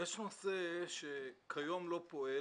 פירט תכנית שהוא מתכוון